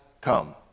come